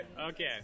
Okay